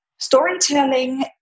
Storytelling